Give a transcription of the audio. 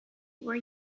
were